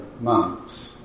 months